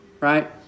right